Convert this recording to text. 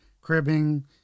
cribbing